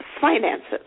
finances